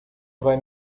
vai